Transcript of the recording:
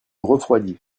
refroidit